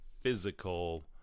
physical